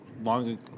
long